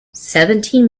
seventeen